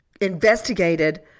investigated